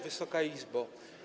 Wysoka Izbo!